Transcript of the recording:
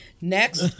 Next